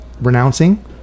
renouncing